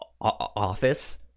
Office